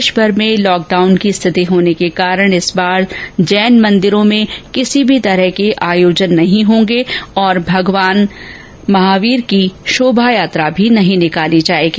देशभर में लॉकडाउन की स्थिति होने के कारण इस बार जैन मंदिरों में किसी भी प्रकार के आयोजन नहीं होंगे और भगवान महवीर की शोभायात्रा भी नहीं निकाली जायेगी